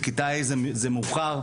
כיתה ה' זה מאוחר,